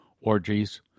orgies